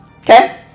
okay